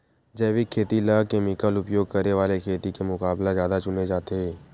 जैविक खेती ला केमिकल उपयोग करे वाले खेती के मुकाबला ज्यादा चुने जाते